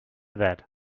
that